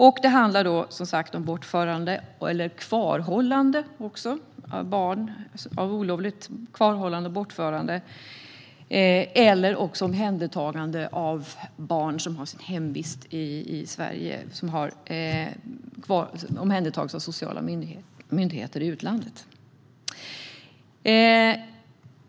Ärendena gäller som sagt olovligt bortförda eller kvarhållna barn eller barn som har sin hemvist i Sverige men som har blivit omhändertagna av sociala myndigheter i utlandet.